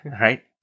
right